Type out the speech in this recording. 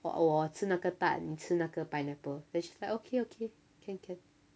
我我吃那个 tart 你吃那个 pineapple then she's like okay okay can can